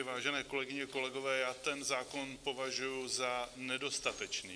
Vážené kolegyně, kolegové, já ten zákon považuji za nedostatečný.